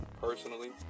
personally